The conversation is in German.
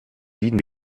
sieden